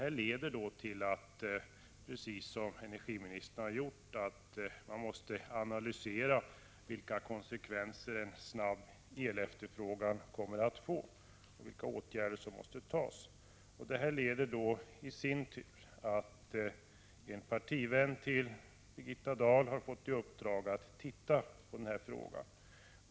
Man måste således, precis som energiministern har gjort, göra en analys och ta reda på vilka konsekvenser en snabb ökning av elefterfrågan kommer att få och vilka åtgärder som måste vidtas. Mot denna bakgrund har en partivän till Birgitta Dahl fått i uppdrag att titta på frågan.